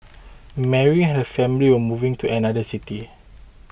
Mary and her family were moving to another city